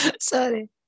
Sorry